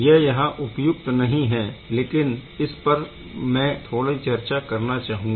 यह यहाँ उपयुक्त नहीं है लेकिन इस पर मैं थोड़ी चर्चा करना चाहूँगा